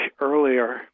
earlier